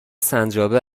سنجابه